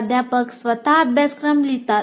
प्राध्यापक स्वत अभ्यासक्रम लिहितील